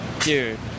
dude